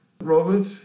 Robert